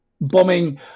bombing